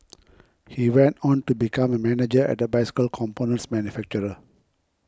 he went on to become a manager at a bicycle components manufacturer